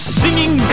singing